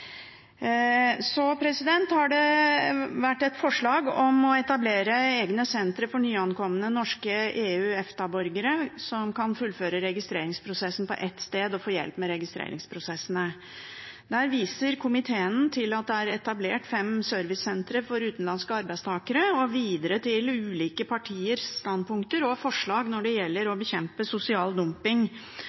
Så får man eventuelt diskutere saken om felles e-ID videre, men felles statsborgerskap i nordisk sammenheng tror jeg ikke det er noe flertall for på Stortinget. Videre er det et forslag om å etablere egne sentre for at nyankomne norske EU/EFTA-borgere kan fullføre registreringsprosessen på ett sted og få hjelp med registreringsprosessen. Der viser komiteen til at det er etablert fem servicesentre for utenlandske arbeidstakere, og